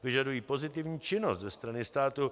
Požadují pozitivní činnost ze strany státu.